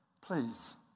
Please